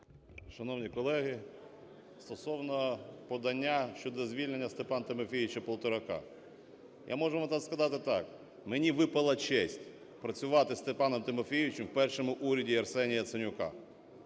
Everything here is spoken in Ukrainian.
Шановні колеги, стосовно подання щодо звільнення Степана ТимофійовичаПолторака. Я можу вам сказати так: мені випала честь працювати з Степаном Тимофійовичем в першому уряді Арсенія Яценюка.